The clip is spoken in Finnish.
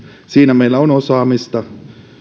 siinä meillä on osaamista